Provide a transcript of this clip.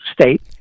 state